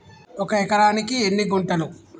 ఒక ఎకరానికి ఎన్ని గుంటలు?